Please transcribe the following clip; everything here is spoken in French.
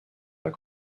pas